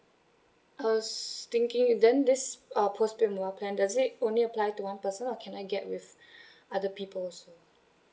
I was thinking then this uh postpaid mobile plan does it only apply to one person or can I get with other people also